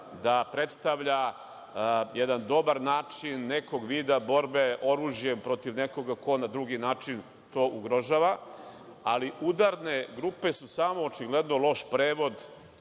da predstavlja jedan dobar način nekog vida borba oružjem protiv nekoga ko na drugi način to ugrožava, ali udarne grupe su samo očigledno loš prevod